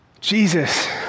Jesus